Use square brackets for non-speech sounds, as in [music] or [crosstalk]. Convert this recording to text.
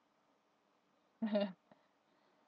[laughs]